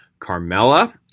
Carmella